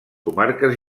comarques